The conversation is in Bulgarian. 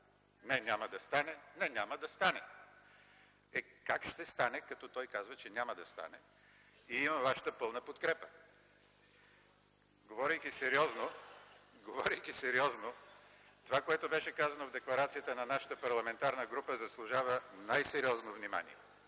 „Не, няма да стане! Не, няма да стане!” Е, как ще стане, като той казва, че няма да стане и има Вашата пълна подкрепа? (Смях от ГЕРБ.) Говорейки сериозно, това, което беше казано в декларацията на нашата парламентарна група, заслужава най-сериозно внимание,